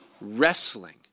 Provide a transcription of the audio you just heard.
wrestling